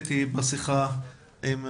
שהעליתי בשיחה שהייתה לנו קודם.